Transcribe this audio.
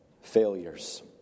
failures